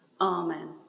Amen